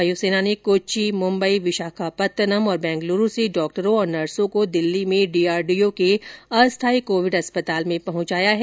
वायुसेना ने कोच्चि मुंबई विशाखापत्तनम और बेंगलुरू से डॉक्टरों और नर्सों को दिल्ली में डीआरडीओ के अस्थायी कोविड अस्पताल में पहुंचाया है